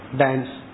dance